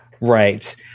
Right